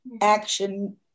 action